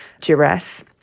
duress